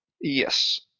Yes